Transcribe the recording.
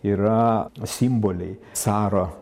yra simboliai caro